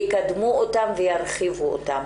יקדמו אותם וירחיבו אותם.